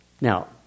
Now